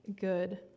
good